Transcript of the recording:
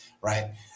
right